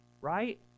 right